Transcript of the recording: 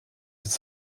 des